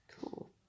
Cool